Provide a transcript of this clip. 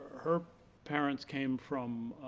her parents came from